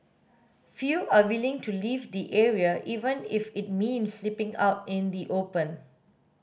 few are willing to leave the area even if it means sleeping out in the open